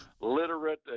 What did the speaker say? literate